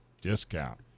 discount